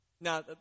Now